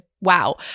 wow